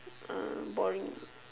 uh boring